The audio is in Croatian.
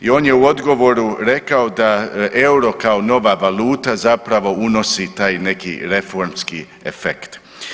I on je u odgovoru rekao da euro kao nova valuta zapravo unosi taj neki reformski efekt.